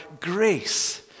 grace